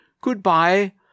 Goodbye